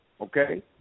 Okay